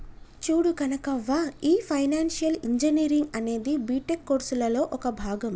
చూడు కనకవ్వ, ఈ financial engineering అనేది బీటెక్ కోర్సులలో ఒక భాగం